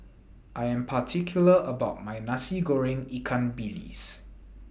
I Am particular about My Nasi Goreng Ikan Bilis